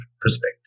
perspective